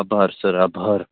આભાર સર આભાર